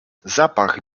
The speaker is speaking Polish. zapach